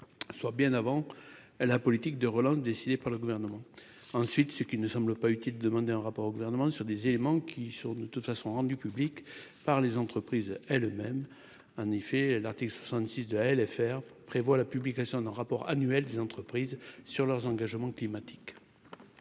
soit bien avant elle, la politique de relance décidées par le gouvernement, ensuite, ce qui ne semble pas utile de demander un rapport au gouvernement sur des éléments qui sont de toute façon, rendu public par les entreprises elles-mêmes, en effet, l'article 66 de elle fr prévoit la publication d'un rapport annuel des entreprises sur leurs engagements climatiques.